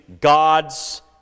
God's